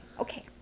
Okay